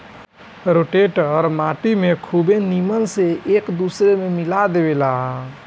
rotator माटी के खुबे नीमन से एक दूसर में मिला देवेला